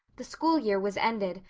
the school year was ended,